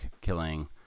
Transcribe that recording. killing